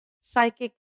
psychic